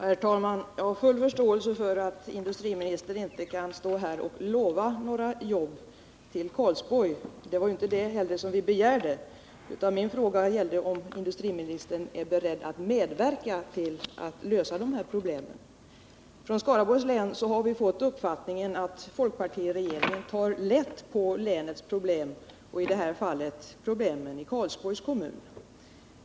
Herr talman! Jag har full förståelse för att industriministern inte kan stå här och lova några jobb till Karlsborg. Det var inte heller detta vi begärde, utan min fråga gällde om industriministern är beredd att medverka till att lösa dessa problem. I Skaraborgs län har vi fått uppfattningen att folkpartiregeringen tar lätt på länets problem, i detta fall problemen i Karlsborgs kommun.